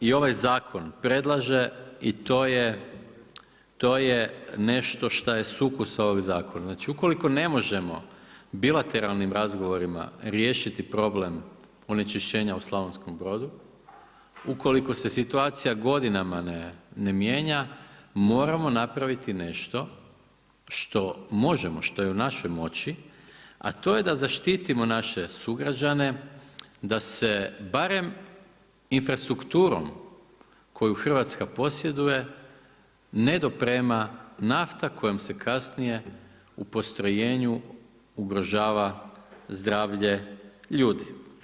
SDP i ovaj zakon predlaže i to je nešto šta je sukus ovog zakona, znači ukoliko ne možemo bilateralnim razgovorima riješiti problem onečišćenja u Slavonskom Brodu, ukoliko se situacija godinama ne mijenja moramo napraviti nešto što možemo, što je u našoj moći, a to je da zaštitimo naše sugrađane da se barem infrastrukturom koju Hrvatska posjeduje ne doprema nafta kojom se kasnije u postrojenju ugrožava zdravlje ljudi.